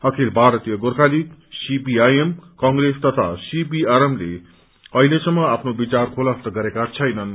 अखिल Bharatiya Gorkha League CPIM Congress तथा CPRM ले अहिलेसम्म आफ्नो चिार खुलस्त गरेका छैनन्